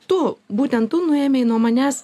tu būtent tu nuėmei nuo manęs